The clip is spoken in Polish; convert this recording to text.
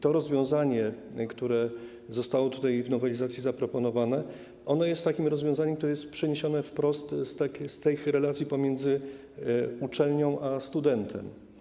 To rozwiązanie, które zostało tutaj w nowelizacji zaproponowane, jest takim rozwiązaniem, które jest przeniesione wprost z tych relacji pomiędzy uczelnią a studentem.